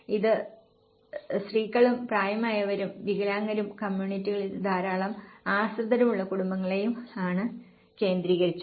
ഇത് സ്ത്രീകളും പ്രായമായവരും വികലാംഗരും കമ്മ്യൂണിറ്റികളിൽ ധാരാളം ആശ്രിതരുള്ള കുടുംബങ്ങളെയും ആണ് കേന്ദ്രീകരിച്ചത്